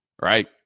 right